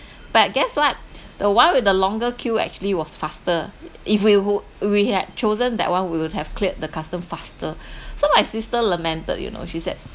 but guess what the one with the longer queue actually was faster if we wou~ we had chosen that one we will have cleared the custom faster so my sister lamented you know she said